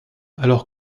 alors